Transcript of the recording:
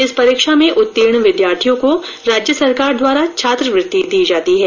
इस परीक्षा में उत्तीर्ण विद्यार्थियों को राज्य सरकार द्वारा छात्रवृत्ति दी जाती है